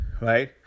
right